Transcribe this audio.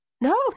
No